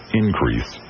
increase